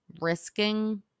risking